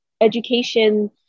education